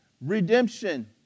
redemption